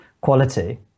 quality